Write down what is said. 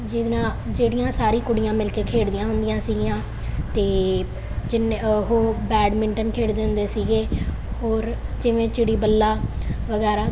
ਜਿਹਦੇ ਨਾਲ ਜਿਹੜੀਆਂ ਸਾਰੀ ਕੁੜੀਆਂ ਮਿਲ ਕੇ ਖੇਡਦੀਆਂ ਹੁੰਦੀਆਂ ਸੀਗੀਆਂ ਅਤੇ ਜਿੰਨੇ ਉਹ ਬੈਡਮਿੰਟਨ ਖੇਡਦੇ ਹੁੰਦੇ ਸੀਗੇ ਹੋਰ ਜਿਵੇਂ ਚਿੜੀ ਬੱਲਾ ਵਗੈਰਾ